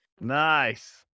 Nice